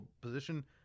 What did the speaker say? position